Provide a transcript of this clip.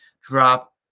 drop